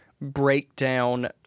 breakdown